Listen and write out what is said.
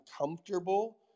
comfortable